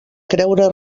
creure